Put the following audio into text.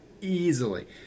easily